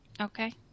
Okay